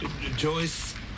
Joyce